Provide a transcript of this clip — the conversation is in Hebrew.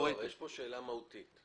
יש פה שאלה מהותית.